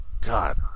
God